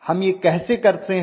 हम यह कैसे करते हैं